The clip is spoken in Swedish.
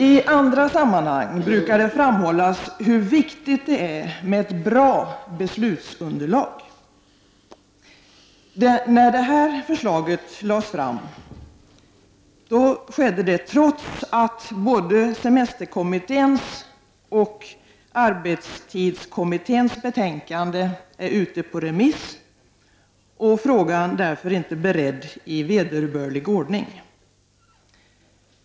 I andra sammanhang brukar det framhållas hur viktigt det är med ett bra beslutsunderlag. När det här förslaget lades fram, skedde det trots att både semesterkommitténs och arbetstidskommitténs betänkanden var ute på remiss, och frågan är därför inte beredd i vederbörlig ordning.